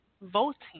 voting